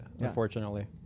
unfortunately